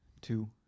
two